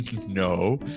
No